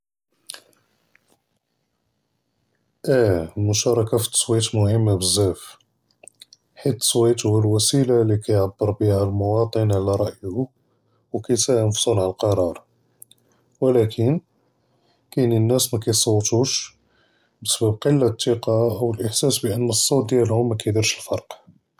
אִיֵה לִמּוּשַארַכַה פִי תַּצְוִית מֻהִימָּה בְּזַאף, חֵית תַּצְוִית הוּא הַוְסִילָה לִי כּיַעְבְּר בִּיהָ הַמּוּוַאטֵ'ן עַלَى רַאיוֹ הוּא וּכּיַסְהַם פִּי صְּנַע לְקַרַאר, וּלָקִין קַאיִינִין נַאס מְקִיְצְוּתוּש סְוַא קַלַּّة תִّقַּה אוֹ אֶחְסַאס אַנּוּ صְּوْת דִיַאלְהוּם מַاكִידֵירְש פַרֶק.